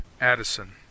Addison